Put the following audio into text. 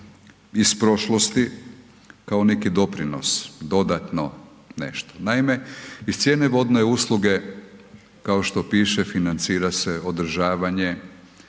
iz prošlosti, kao neki doprinos dodatno nešto. Naime, iz cijene vodne usluge kao što piše financira se održavanje